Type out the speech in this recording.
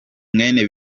mwene